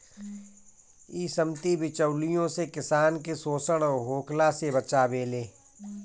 इ समिति बिचौलियों से किसान के शोषण होखला से बचावेले